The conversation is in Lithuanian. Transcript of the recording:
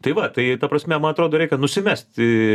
tai va tai ta prasme man atrodo reikia nusimesti